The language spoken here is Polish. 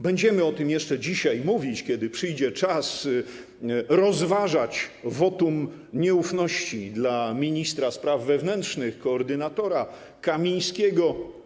Będziemy o tym jeszcze dzisiaj mówić, kiedy przyjdzie czas rozważać wotum nieufności dla ministra spraw wewnętrznych, koordynatora Kamińskiego.